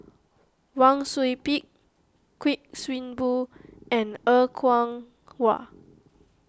Wang Sui Pick Kuik Swee Boon and Er Kwong Wah